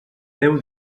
deu